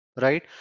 right